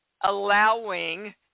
allowing